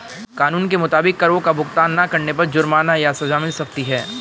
कानून के मुताबिक, करो का भुगतान ना करने पर जुर्माना या सज़ा मिल सकती है